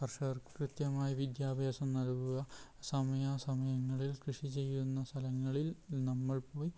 കർഷകർക്ക് കൃത്യമായി വിദ്യാഭ്യാസം നൽകുക സമയാ സമയങ്ങളിൽ കൃഷി ചെയ്യുന്ന സ്ഥലങ്ങളിൽ നമ്മൾ പോയി